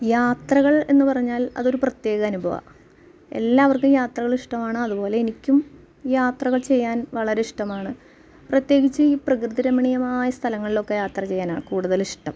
യാത്രകൾ എന്ന് പറഞ്ഞാൽ അതൊരു പ്രത്യേക അനുഭവം എല്ലാവർക്കും യാത്രകൾ ഇഷ്ടമാണ് അതുപോലെ എനിക്കും യാത്രകൾ ചെയ്യാൻ വളരെ ഇഷ്ടമാണ് പ്രത്യേകിച്ച് ഈ പ്രകൃതി രമണീയമായ സ്ഥാലങ്ങളിലൊക്കെ യാത്ര ചെയ്യാനാണ് കൂടുതൽ ഇഷ്ടം